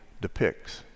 depicts